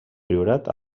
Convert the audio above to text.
priorat